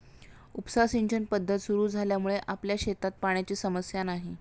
उपसा सिंचन पद्धत सुरु झाल्यामुळे आपल्या शेतात पाण्याची समस्या नाही